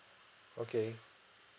okay